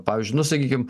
pavyzdžiui nu sakykim